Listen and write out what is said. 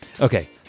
Okay